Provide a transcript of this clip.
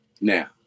Now